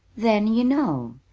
then you know.